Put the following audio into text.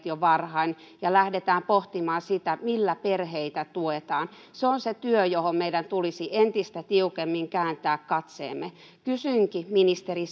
jo varhain ja lähdetään pohtimaan sitä millä perheitä tuetaan se on se työ johon meidän tulisi entistä tiukemmin kääntää katseemme kysynkin ministeri